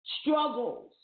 struggles